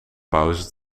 pauze